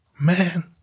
Man